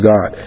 God